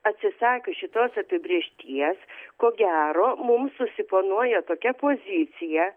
atsisakius šitos apibrėžties ko gero mums susiponuoja tokia pozicija